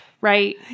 right